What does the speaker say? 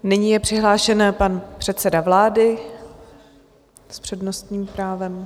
Nyní je přihlášen pan předseda vlády s přednostním právem.